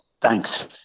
Thanks